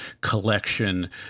collection